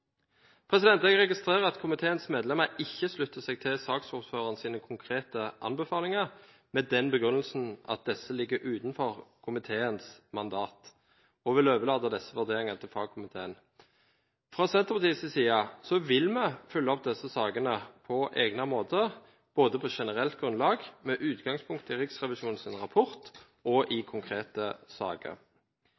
Jeg registrerer at komiteens flertall ikke slutter seg til saksordførerens konkrete anbefalinger med den begrunnelse at disse ligger utenfor komiteens mandat, og vil overlate disse vurderingene til fagkomiteen. Fra Senterpartiets side vil vi følge opp disse sakene på egnet måte både på generelt grunnlag, med utgangspunkt i Riksrevisjonens rapport og i